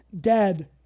dead